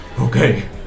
Okay